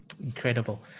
Incredible